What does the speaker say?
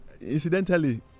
incidentally